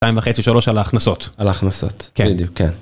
2 וחצי 3 על ההכנסות, על ההכנסות, כן. בדיוק, כן.